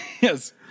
yes